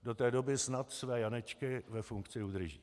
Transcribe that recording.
Do té doby snad své Janečky ve funkci udrží.